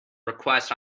request